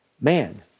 Man